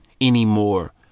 anymore